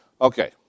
Okay